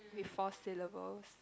with four syllabus